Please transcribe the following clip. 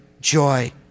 joy